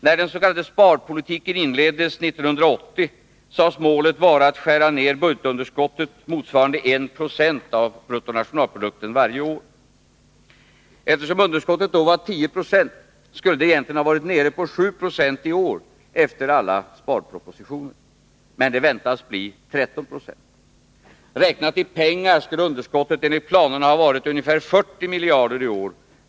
När den s.k. sparpolitiken inleddes 1980 sades målet vara att skära ned budgetunderskottet motsvarande 1 26 av bruttonationalprodukten varje år. Eftersom underskottet då var 10 96 skulle det egentligen ha varit nere i 7 90 i år efter alla sparpropositioner. Men det väntas bli 13 26. Räknat i pengar skulle underskottet enligt planerna ha varit ca 40 miljarder kronor i år.